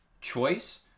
choice